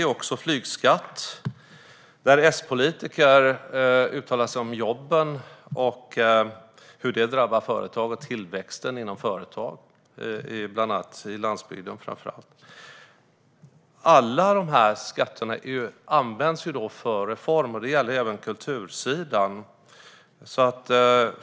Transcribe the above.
När det gäller flygskatten uttalar sig S-politiker om jobben och hur det kommer att drabba företag och tillväxten inom företag, framför allt på landsbygden. Alla de här skatterna används för att finansiera reformer. Det gäller även kultursidan.